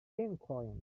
lincoln